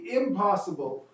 impossible